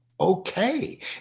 okay